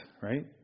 right